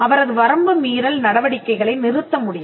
அவரது வரம்பு மீறல் நடவடிக்கைகளை நிறுத்த முடியும்